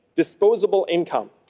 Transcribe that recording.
disposable income